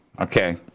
Okay